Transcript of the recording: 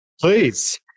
Please